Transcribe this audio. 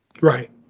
Right